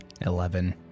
Eleven